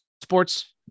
sports